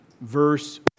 verse